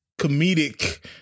comedic